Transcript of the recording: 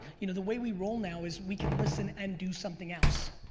you know the way we roll now is we can listen and do something else.